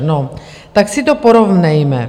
No, tak si to porovnejme.